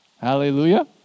Hallelujah